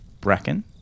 bracken